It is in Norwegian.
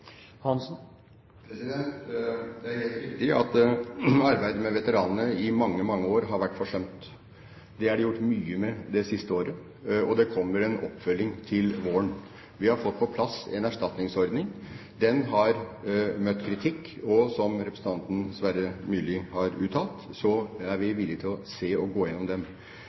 Hansen blir: Hvorfor er ikke dette fulgt opp av regjeringen når det tydelig er representanter som er engasjert i dette, også i Arbeiderpartiet? Det er helt riktig at arbeidet med veteranene i mange, mange år har vært forsømt. Det er det gjort mye med det siste året, og det kommer en oppfølging til våren. Vi har fått på plass en erstatningsordning. Den har møtt kritikk, og som representanten Sverre Myrli har uttalt,